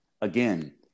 Again